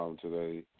today